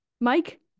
Mike